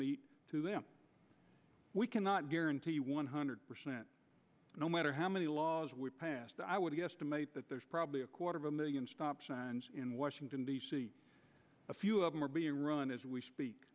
them to them we cannot guarantee one hundred percent no matter how many laws were passed i would guesstimate that there's probably a quarter of a million stops in washington d c a few of them are being run as we speak